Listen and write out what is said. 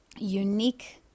unique